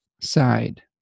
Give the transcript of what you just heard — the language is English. side